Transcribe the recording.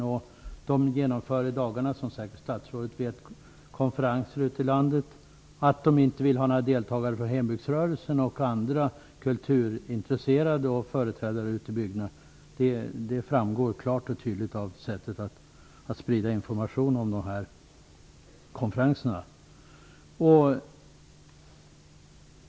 Som statsrådet säkert vet hålls i dagarna konferenser ute i landet, men man vill inte ha med några deltagare från hembygdsrörelsen eller några andra kulturintresserade och företrädare från de olika bygderna. Det framgår klart och tydligt av sättet att sprida information om dessa konferenser.